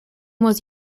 was